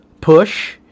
push